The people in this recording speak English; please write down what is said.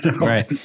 Right